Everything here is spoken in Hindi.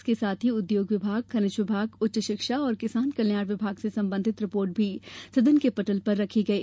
इसके साथ ही उद्योग विभाग खनिज विभाग उच्च शिक्षा और किसान कल्याण विभाग से संबंधित रिपोर्ट भी सदन के पटल पर रखी गई